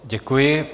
Děkuji.